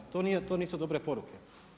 To nisu dobre poruke.